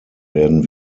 werden